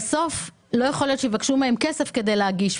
בסוף לא יכול להיות שיבקשו מהם כסף כדי להגיש.